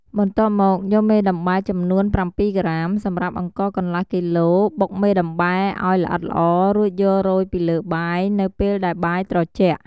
បន្ទាប់មកយកមេដំបែ ចំនួន៧ក្រាមសម្រាប់អង្ករកន្លះគីឡូ បុកមេដំបែឱ្យល្អិតល្អ រួចយករោយពីលើបាយ នៅពេលដែលបាយត្រជាក់។